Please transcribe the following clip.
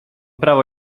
prawo